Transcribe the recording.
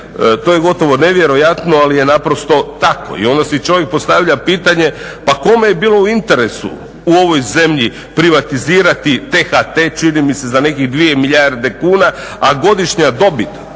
To je gotovo nevjerojatno ali je naprosto tako. I onda si čovjek postavlja pitanje pa kome je bilo u interesu u ovoj zemlji privatizirati THT čini mi se za nekih 2 milijarde kuna a godišnja dobit